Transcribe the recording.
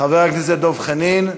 חבר הכנסת דב חנין,